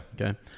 Okay